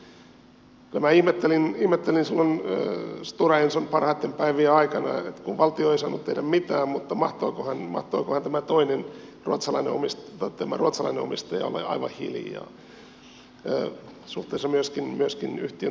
kyllä minä ihmettelin silloin stora enson parhaitten päivien aikana kun valtio ei saanut tehdä mitään mutta mahtoikohan tämä toinen tämä ruotsalainen omistaja olla aivan hiljaa myöskin suhteessa yhtiön toimivaan johtoon